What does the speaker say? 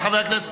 חג החירות בפתח.